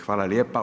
Hvala lijepa.